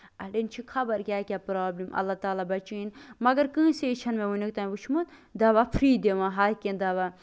اَڑین چھُ خبر کیاہ کیاہ پروبلِم اللہ تعالیٰ بَچٲوِن مَگر کٲنسے چھُنہٕ مےٚ ؤنیُک تام وٕچھمُت دوا فری دِوان ہَر کیٚنہہ دوا